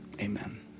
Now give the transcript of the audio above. amen